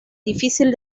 difícil